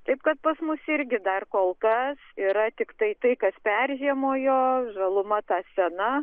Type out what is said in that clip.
taip kad pas mus irgi dar kol kas yra tiktai tai kas peržiemojo žaluma ta sena